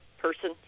person